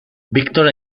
victor